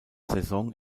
saison